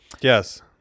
Yes